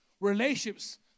relationships